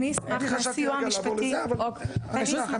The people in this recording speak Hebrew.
אני חשבתי רגע לעבור, אבל אין בעיה.